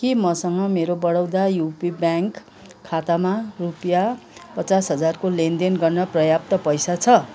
के मसँग मेरो बडौदा युपी ब्याङ्क खातामा रुपियाँ पचास हजारको लेनदेन गर्न पर्याप्त पैसा छ